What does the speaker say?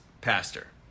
pastor